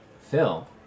Phil